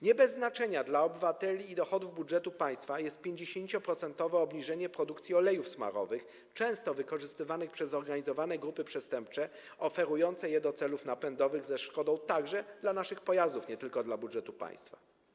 Nie bez znaczenia dla obywateli i dochodów budżetu państwa jest 50-procentowe obniżenie produkcji olejów smarowych, często wykorzystywanych przez zorganizowane grupy przestępcze oferujące je do celów napędowych ze szkodą także dla naszych pojazdów, nie tylko dla budżetu państwa.